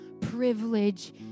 privilege